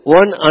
one